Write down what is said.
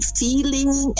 feeling